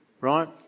Right